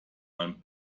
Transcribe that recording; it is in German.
man